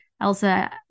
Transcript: Elsa